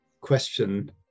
question